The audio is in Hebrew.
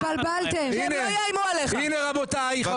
הנה רבותיי,